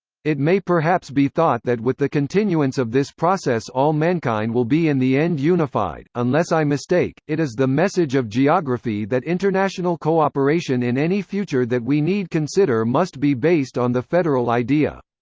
it may perhaps be thought that with the continuance of this process all mankind will be in the end unified, unless i mistake, it is the message of geography that international cooperation in any future that we need consider must be based on the federal idea.